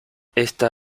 esta